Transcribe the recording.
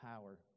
power